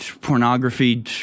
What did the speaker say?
pornography